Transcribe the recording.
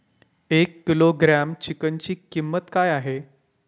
एक किलोग्रॅम चिकनची किंमत काय आहे?